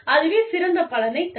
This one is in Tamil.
அதுவே சிறந்த பலனைத் தரும்